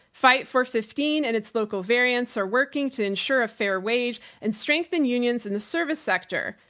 fight for fifteen and its local variants are working to ensure a fair wage and strengthen unions in the service sector.